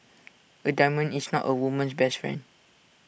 A diamond is not A woman's best friend